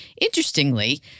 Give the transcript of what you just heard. Interestingly